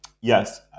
Yes